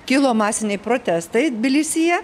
kilo masiniai protestai tbilisyje